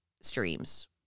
streams